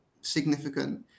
significant